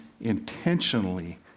intentionally